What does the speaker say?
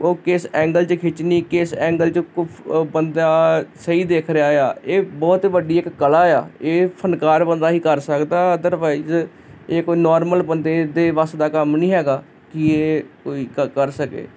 ਉਹ ਕਿਸ ਐਂਗਲ 'ਚ ਖਿੱਚਣੀ ਕਿਸ ਐਂਗਲ 'ਚ ਬੰਦਾ ਸਹੀ ਦਿਖ ਰਿਹਾ ਆ ਇਹ ਬਹੁਤ ਵੱਡੀ ਇੱਕ ਕਲਾ ਆ ਇਹ ਫਨਕਾਰ ਬੰਦਾ ਹੀ ਕਰ ਸਕਦਾ ਅਦਰਵਾਈਜ ਇਹ ਕੋਈ ਨੋਰਮਲ ਬੰਦੇ ਦੇ ਵੱਸ ਦਾ ਕੰਮ ਨਹੀਂ ਹੈਗਾ ਕਿ ਇਹ ਕੋਈ ਕ ਕਰ ਸਕੇ